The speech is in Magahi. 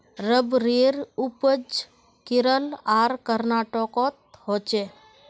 रबरेर उपज केरल आर कर्नाटकोत होछे